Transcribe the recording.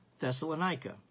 Thessalonica